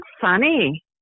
funny